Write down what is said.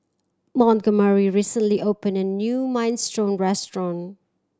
Montgomery recently opened a new Minestrone Restaurant